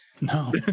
No